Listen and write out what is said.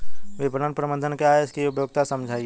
विपणन प्रबंधन क्या है इसकी उपयोगिता समझाइए?